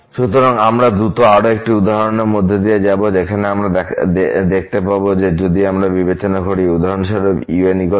সুতরাং আমরা দ্রুত আরও একটি উদাহরণের মধ্য দিয়ে যাব যেখানে আমরা দেখতে পাব যদি আমরা বিবেচনা করি উদাহরণস্বরূপ unxnn